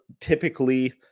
typically